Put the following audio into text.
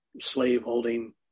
slave-holding